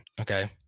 Okay